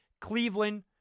Cleveland